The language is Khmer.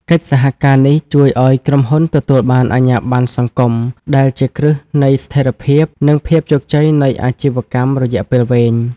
កិច្ចសហការនេះជួយឱ្យក្រុមហ៊ុនទទួលបានអាជ្ញាប័ណ្ណសង្គម ដែលជាគ្រឹះនៃស្ថិរភាព និងភាពជោគជ័យនៃអាជីវកម្មរយៈពេលវែង។